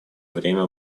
время